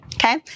Okay